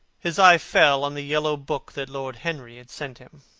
his eye fell on the yellow book that lord henry had sent him.